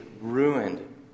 ruined